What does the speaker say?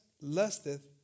lusteth